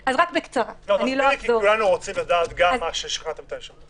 כי כולנו רוצים לדעת גם במה שכנעתם את היושב-ראש.